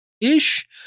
ish